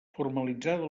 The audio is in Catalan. formalitzada